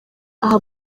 aha